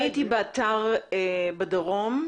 הייתי באתר בדרום,